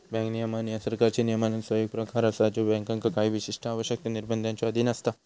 bank नियमन ह्या सरकारी नियमांचो एक प्रकार असा ज्यो बँकांका काही विशिष्ट आवश्यकता, निर्बंधांच्यो अधीन असता